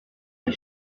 des